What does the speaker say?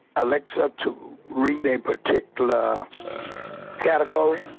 alexa to read a particular category?